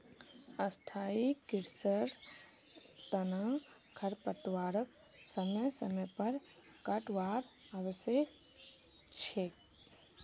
स्थाई कृषिर तना खरपतवारक समय समय पर काटवार आवश्यक छोक